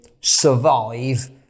survive